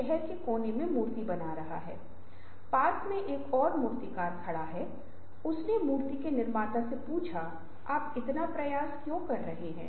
संगठन में इनपुट पक्ष में रचनात्मक व्यक्ति समूह और संगठन हैं